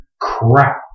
crap